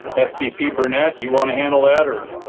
and svp burnett, you want to handle that or the